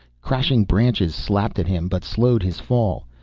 crashing branches slapped at him, but slowed his fall.